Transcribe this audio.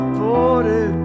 border